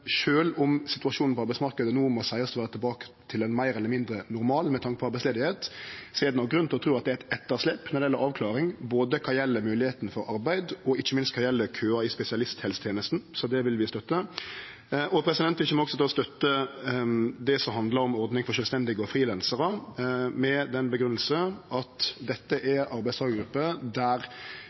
om situasjonen på arbeidsmarknaden no må seiast å vere tilbake til ein meir eller mindre normal med tanke på arbeidsløyse, er det nok grunn til å tru at det er eit etterslep når det gjeld avklaring, både kva gjeld moglegheita for arbeid og ikkje minst kva gjeld køar i spesialisthelsetenesta, så det vil vi støtte. Vi kjem også til å støtte det som handlar om ei ordning for sjølvstendig næringsdrivande og frilansar, med den grunngjevinga at dette er ei arbeidstakargruppe der